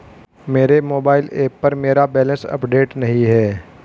मेरे mobile app पर मेरा बैलेंस अपडेट नहीं है